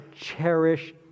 cherished